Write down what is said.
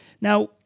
Now